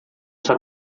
sua